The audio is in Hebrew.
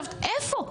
איפה?